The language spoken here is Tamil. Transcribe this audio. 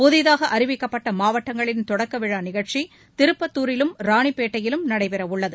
புதிதாக அறிவிக்கப்பட்ட மாவட்டங்களின் தொடக்கவிழா நிகழ்ச்சி திருப்பத்தாரிலும் ராணிப்பேட்டையிலும் நடைபெறவுள்ளது